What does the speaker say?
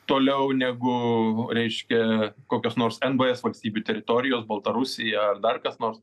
toliau negu reiškia kokios nors nvs valstybių teritorijos baltarusija ar dar kas nors